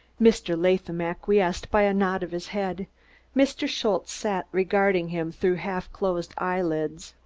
mr. latham acquiesced by a nod of his head mr. schultze sat regarding him through half-closed eyelids.